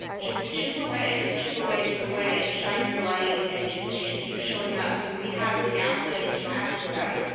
just chip away. just chip away, chip away, and shine your light and just keep showing up. and we have the gaslit nation action guide,